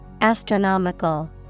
Astronomical